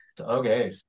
Okay